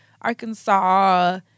Arkansas